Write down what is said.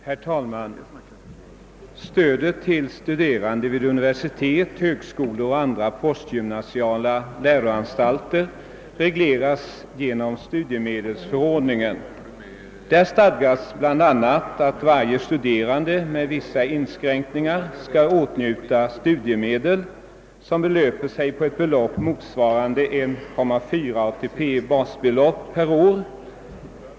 Herr talman! Stödet till studerande vid universitet, högskolor och andra postgymnasiala läroanstalter regleras genom studiemedelsförordningen. Där stadgas bl.a. att varje studerande med vissa inskränkningar skall åtnjuta studiemedel som belöper sig till ett belopp motsvarande 1,4 ATP-basbelopp per år.